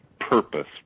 purpose